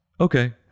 Okay